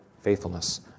faithfulness